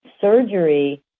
surgery